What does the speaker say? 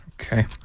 okay